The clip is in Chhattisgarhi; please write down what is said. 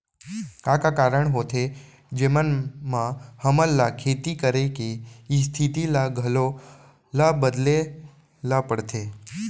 का का कारण होथे जेमन मा हमन ला खेती करे के स्तिथि ला घलो ला बदले ला पड़थे?